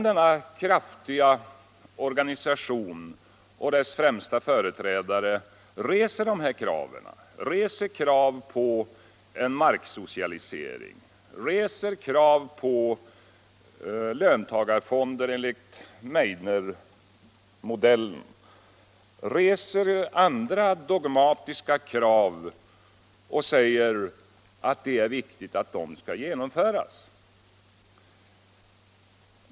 Denna starka organisations främste företrädare reser krav på marksocialisering, reser krav på löntagarfonder enligt Meidners modell och reser andra dogmatiska krav och säger att det är angeläget att dessa genomförs.